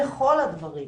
בכל הדברים.